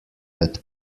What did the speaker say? that